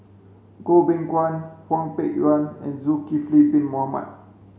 Goh Beng Kwan Hwang Peng Yuan and Zulkifli bin Mohamed